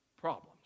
problems